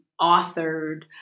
authored